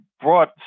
brought